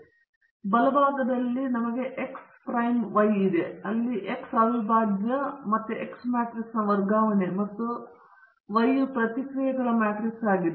ನಂತರ ಬಲ ಭಾಗದಲ್ಲಿ ನಮಗೆ ಎಕ್ಸ್ ಪ್ರೈಮ್ ವೈ ಇದೆ ಅಲ್ಲಿ X ಅವಿಭಾಜ್ಯ ಮತ್ತೆ ಎಕ್ಸ್ ಮ್ಯಾಟ್ರಿಕ್ಸ್ನ ವರ್ಗಾವಣೆ ಮತ್ತು Y ಯು ಪ್ರತಿಕ್ರಿಯೆಗಳ ಮ್ಯಾಟ್ರಿಕ್ಸ್ ಆಗಿದೆ